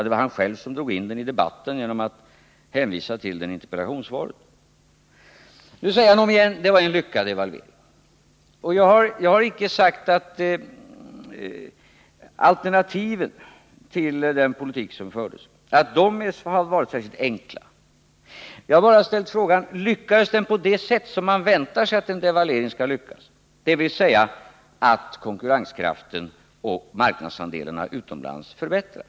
Det var han själv som drog in den i debatten genom att hänvisa till den i interpellationssvaret. Nu säger han omigen att det ju var en lyckad devalvering. Jag har icke sagt att alternativen till den politik som fördes hade varit särskilt enkla. Jag har bara frågat: Lyckades devalveringen på det sätt som man väntar sig av en devalvering, dvs. så att konkurrenskraften och marknadsandelarna utomlands förbättrats?